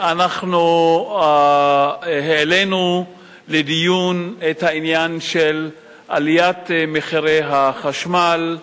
אנחנו העלינו לדיון את העניין של עליית מחירי החשמל,